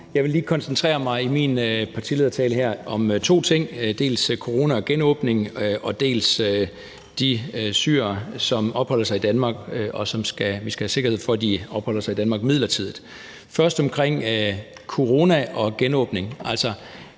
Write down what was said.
her koncentrere mig om to ting: dels corona og genåbning, dels de syrere, som opholder sig i Danmark, og som vi skal have sikkerhed for opholder sig midlertidigt i Danmark. Først om corona og genåbning: